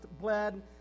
bled